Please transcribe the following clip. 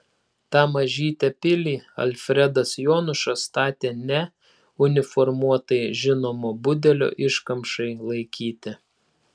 tą mažytę pilį alfredas jonušas statė ne uniformuotai žinomo budelio iškamšai laikyti